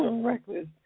reckless